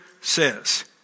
says